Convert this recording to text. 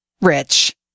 rich